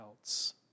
else